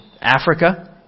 Africa